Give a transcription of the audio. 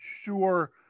sure